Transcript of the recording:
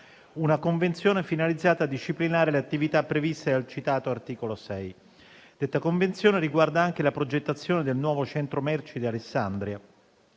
una convenzione finalizzata a disciplinare le attività previste dal citato articolo 6. Detta convenzione riguarda anche la progettazione del nuovo centro merci di Alessandria,